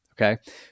okay